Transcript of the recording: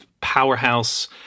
powerhouse